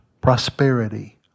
prosperity